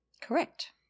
Correct